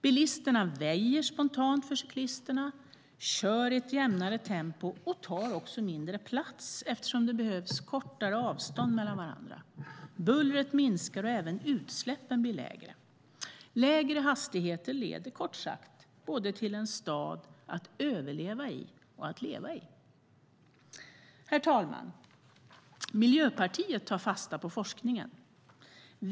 Bilisterna väjer spontant för cyklisterna, kör i ett jämnare tempo och tar också mindre plats eftersom de behöver kortare avstånd mellan varandra. Bullret minskar, och även utsläppen blir lägre. Lägre hastigheter leder kort sagt till en stad att både överleva i och leva i. Miljöpartiet tar fasta på forskningen.